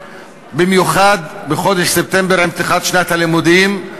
במיוחד בחודש ספטמבר, עם פתיחת שנת הלימודים.